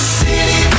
city